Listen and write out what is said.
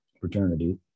fraternity